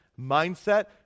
mindset